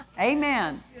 Amen